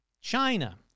China